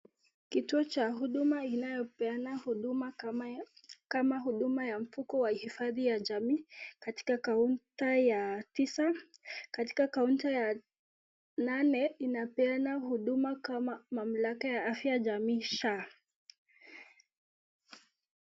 Kitu cha huduma inayopeana huduma kama huduma ya mfuko wa hifadhi wa jamii, katika kaunta ya tisa, katika kaunta ya nane, inapeana huduma kama mamlaka jamii sha.